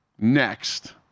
next